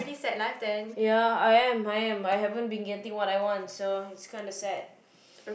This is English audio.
yeah I am I am I haven't been getting what I want so it's kinda sad